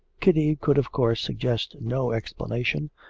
kitty could of course suggest no explanation,